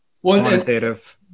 quantitative